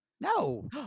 No